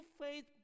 faith